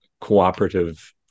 cooperative